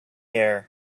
air